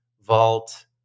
vault